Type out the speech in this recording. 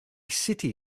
city